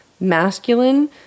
masculine